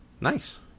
Nice